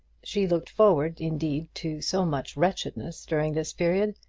she looked forward, indeed, to so much wretchedness during this period,